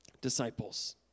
disciples